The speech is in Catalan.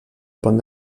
pont